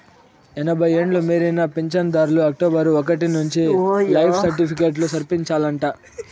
ఎనభై ఎండ్లు మీరిన పించనుదార్లు అక్టోబరు ఒకటి నుంచి లైఫ్ సర్టిఫికేట్లు సమర్పించాలంట